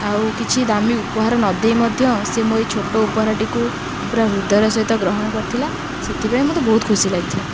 ଆଉ କିଛି ଦାମୀ ଉପହାର ନଦେଇ ମଧ୍ୟ ସେ ମୋ ଏଇ ଛୋଟ ଉପହାରଟିକୁ ପୂରା ହୃଦୟର ସହିତ ଗ୍ରହଣ କରିଥିଲା ସେଥିପାଇଁ ମୋତେ ବହୁତ ଖୁସି ଲାଗିଥିଲା